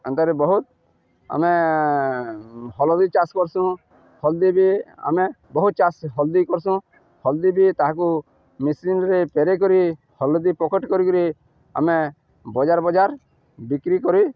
ଆ ତରେ ବହୁତ୍ ଆମେ ହଲ୍ଦୀ ଚାଷ୍ କର୍ସୁଁ ହଳ୍ଦି ବି ଆମେ ବହୁତ୍ ଚାଷ୍ ହଳ୍ଦି କର୍ସୁଁ ହଲ୍ଦି ବି ତାହାକୁ ମିସିନ୍ରେ ପେରେଇ କରି ହଲ୍ଦି ପକେଟ୍ କରିକିରି ଆମେ ବଜାର୍ ବଜାର୍ ବିକ୍ରି କରି